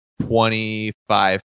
Twenty-five